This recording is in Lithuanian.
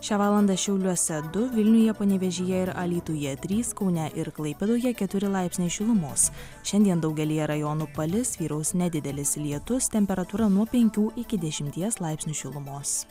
šią valandą šiauliuose du vilniuje panevėžyje ir alytuje trys kaune ir klaipėdoje keturi laipsniai šilumos šiandien daugelyje rajonų palis vyraus nedidelis lietus temperatūra nuo penkių iki dešimties laipsnių šilumos